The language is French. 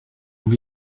nous